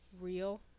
real